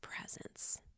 presence